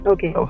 Okay